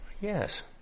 Yes